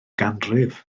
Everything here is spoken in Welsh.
ganrif